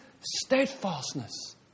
steadfastness